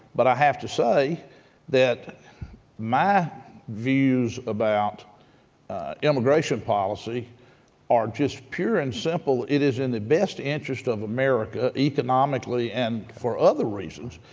but i have to say that my views about immigration policy are just pure and simple, it is in the best interest of america america, economically and for other reasons,